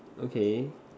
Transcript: okay